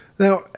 Now